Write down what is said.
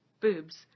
boobs